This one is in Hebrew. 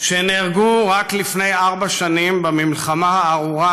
שנהרגו רק לפני ארבע שנים במלחמה הארורה,